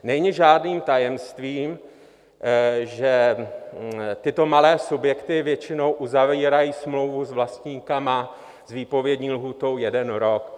Není žádným tajemství, že tyto mladé subjekty většinou uzavírají smlouvu s vlastníky s výpovědní lhůtou jeden rok.